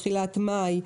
בתחילת מאי,